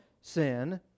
sin